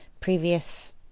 previous